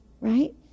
Right